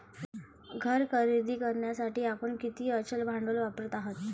घर खरेदी करण्यासाठी आपण किती अचल भांडवल वापरत आहात?